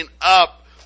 up